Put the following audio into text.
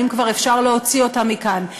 האם כבר אפשר להוציא אותם מכאן,